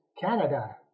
Canada